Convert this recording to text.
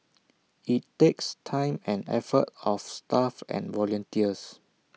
IT takes time and effort of staff and volunteers